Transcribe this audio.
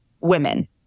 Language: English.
Women